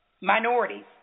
Minorities